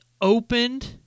opened